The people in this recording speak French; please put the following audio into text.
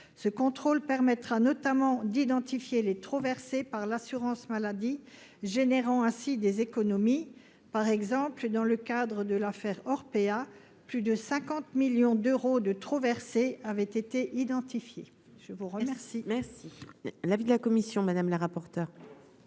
ce contrôle permettra notamment d'identifier les trop-versé par l'assurance maladie, générant ainsi des économies par exemple dans le cadre de l'affaire Orpea : plus de 50 millions d'euros de trop versé avaient été identifiés, je vous remercie. Merci l'avis de la commission madame la rapporteure.